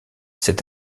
cet